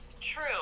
true